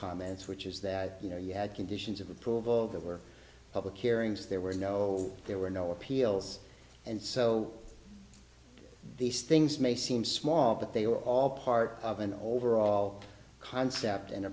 comments which is that you know you had conditions of approval that were public hearings there were no there were no appeals and so these things may seem small but they were all part of an overall concept and